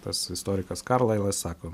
tas istorikas karlailas sako